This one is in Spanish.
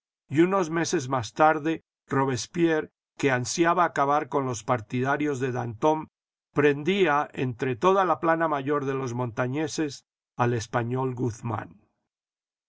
y unos meses más tarde robespierre que ansiaba acabar con los partidarios de danton prendía entre toda la plana mayor de los montañeses al español guzmán